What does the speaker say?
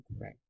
right